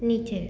नीचे